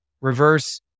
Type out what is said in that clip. reverse